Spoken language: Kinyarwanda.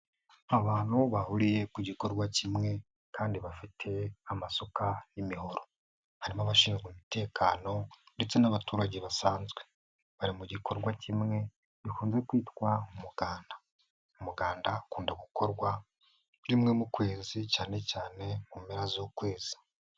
Abantu bahuriye ku gikorwa kimwe kandi bafite amasuka n'imihoro harimo abashinzwe umutekano ndetse n'abaturage basanzwe, bari mu gikorwa kimwe bikunze kwitwa muganda, umuganda akunda gukorwa rimwe mu kwezi cyane cyane mu mpera z'ukwezi.